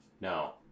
No